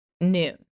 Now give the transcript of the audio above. noon